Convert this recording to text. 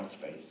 space